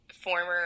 former